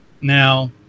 Now